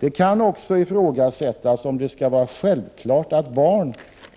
Det kan också ifrågasättas om det skall vara självklart att barn